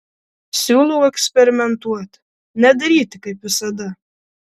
siūlau eksperimentuoti nedaryti kaip visada